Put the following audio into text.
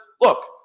look